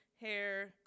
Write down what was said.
hair